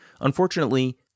Unfortunately